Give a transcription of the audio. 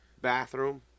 bathroom